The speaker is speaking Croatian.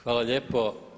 Hvala lijepo.